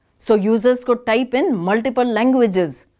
so users could type in multiple languages.